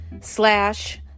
slash